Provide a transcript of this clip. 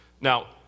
Now